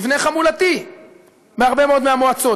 המבנה החמולתי בהרבה מאוד מהמועצות.